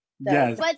yes